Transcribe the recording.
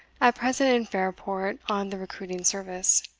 at present in fairport on the recruiting service.